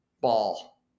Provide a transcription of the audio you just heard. ball